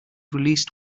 released